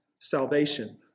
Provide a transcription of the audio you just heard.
salvation